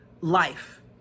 life